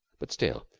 but still,